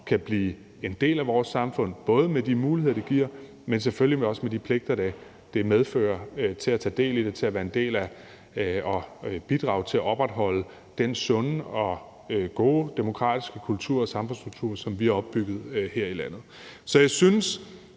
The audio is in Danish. kan blive en del af vores samfund, både med de muligheder, det giver, men selvfølgelig også med de pligter, det medfører, i forhold til at tage del i at bidrage til at opretholde den sunde og gode demokratiske kultur og samfundsstruktur, som vi har opbygget her i landet. Så jeg synes